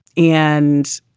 and.